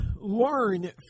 learn